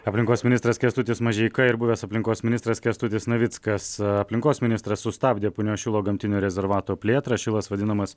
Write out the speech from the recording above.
aplinkos ministras kęstutis mažeika ir buvęs aplinkos ministras kęstutis navickas aplinkos ministras sustabdė punios šilo gamtinio rezervato plėtrą šilas vadinamas